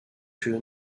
you